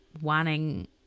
wanting